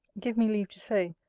give me leave to say,